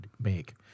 make